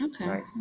Okay